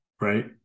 right